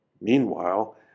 Meanwhile